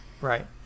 right